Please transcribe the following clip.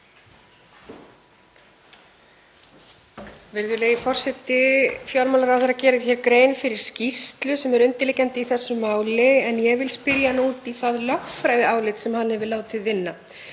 Virðulegi forseti. Fjármálaráðherra gerir hér grein fyrir skýrslu sem er undirliggjandi í þessu máli. Ég vil spyrja hann út í það lögfræðiálit sem hann hefur látið vinna.